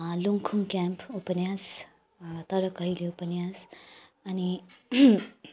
Lungkhung camp उपन्यास तर कहिले उपन्यास अनि